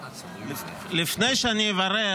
לפני שאני אברך,